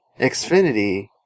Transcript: Xfinity